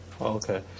Okay